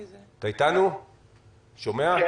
בבקשה.